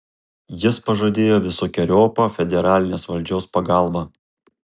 jis pažadėjo visokeriopą federalinės valdžios pagalbą